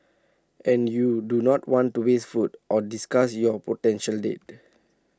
and you do not want to waste food nor disgust your potential date